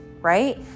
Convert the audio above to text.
right